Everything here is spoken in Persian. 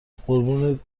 قربون